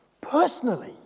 personally